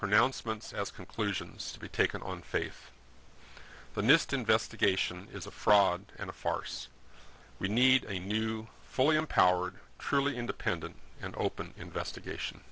pronouncements as conclusions to be taken on faith the nist investigation is a fraud and a farce we need a new fully empowered truly independent and open investigation